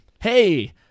Hey